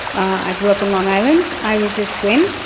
i grew up in long island. i was a twin.